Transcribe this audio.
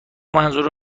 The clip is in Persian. منظور